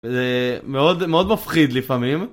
זה מאוד מאוד מפחיד לפעמים